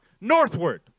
northward